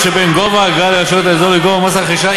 שבין גובה האגרה לרשויות האזור לגובה מס הרכישה,